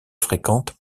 fréquentes